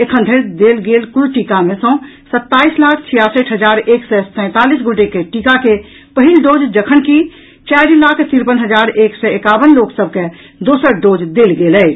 एखन धरि देल गेल कुल टीका मे सँ सत्ताईस लाख छियासठि हजार एक सय सैंतालीस गोटे के टीका के पहिल डोज जखनकि चारि लाख तिरपन हजार एक सय एकावन लोक सभ के दोसर डोज देल गेल अछि